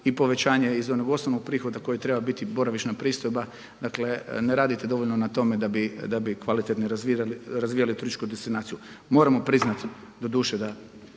i povećanje iz onog osnovnog prihoda koji treba biti boravišna pristojba. Dakle ne radite dovoljno na tome da bi kvalitetno razvijali turističku destinaciju. Moramo priznati doduše da